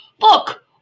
Look